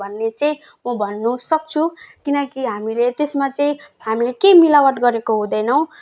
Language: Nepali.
भन्ने चाहिँ म भन्न सक्छु किनकि हामीले त्यसमा चाहिँ हामीले केही मिलावट गरेको हुँदैनौ